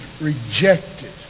rejected